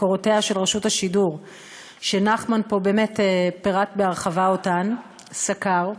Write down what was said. קורותיה של רשות השידור שנחמן פה פירט וסקר בהרחבה,